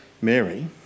Mary